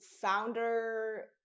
founder